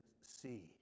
see